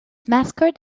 mascot